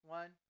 one